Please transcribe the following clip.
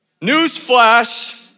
Newsflash